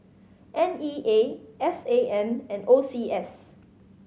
N E A S A M and O C S